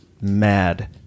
mad